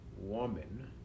woman